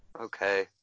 Okay